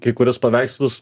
kai kuriuos paveikslus